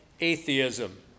atheism